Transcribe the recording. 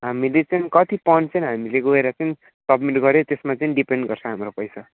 हामीले चाहिँ कति पाउन्ड चाहिँ हामीले गएर चाहिँ सब्मिट गर्यौँ त्यसमा चाहिँ डिपेन्ड गर्छ हाम्रो पैसा